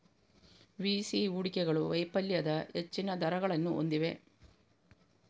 VC ಹೂಡಿಕೆಗಳು ವೈಫಲ್ಯದ ಹೆಚ್ಚಿನ ದರಗಳನ್ನು ಹೊಂದಿವೆ